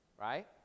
right